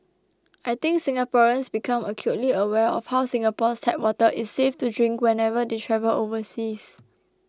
I think Singaporeans become acutely aware of how Singapore's tap water is safe to drink whenever they travel overseas